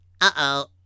Uh-oh